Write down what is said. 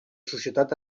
societat